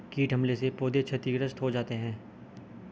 कीट हमले से पौधे क्षतिग्रस्त हो जाते है